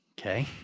okay